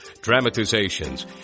dramatizations